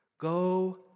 go